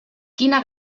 quina